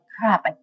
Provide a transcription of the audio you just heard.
crap